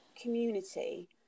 community